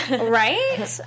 Right